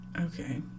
okay